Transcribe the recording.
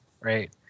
right